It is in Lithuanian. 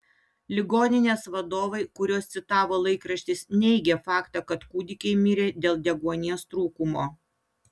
ligoninės vadovai kuriuos citavo laikraštis neigė faktą kad kūdikiai mirė dėl deguonies trūkumo